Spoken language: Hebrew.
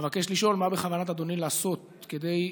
אבקש לשאול: מה בכוונת אדוני לעשות מוסדית